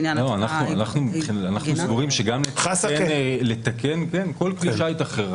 אנחנו סבורים --- כל כלי שיט אחר.